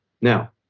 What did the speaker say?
now